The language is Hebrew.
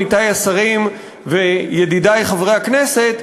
עמיתי השרים וידידי חברי הכנסת,